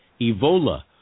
Evola